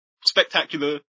spectacular